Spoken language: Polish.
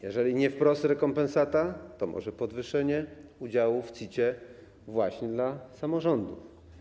Jeżeli nie wprost rekompensata, to może podwyższenie udziałów w CIT właśnie dla samorządów.